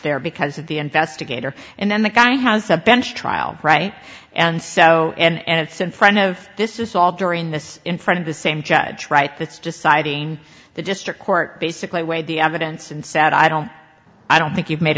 there because the investigator and then the guy has a bench trial right and so and it's in front of this is all during this in front of the same judge right that's just citing the district court basically weighed the evidence and said i don't i don't think you've made